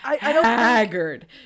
haggard